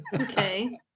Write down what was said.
Okay